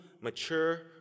mature